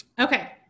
Okay